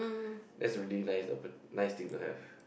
that's a really urban nice thing to have